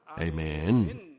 Amen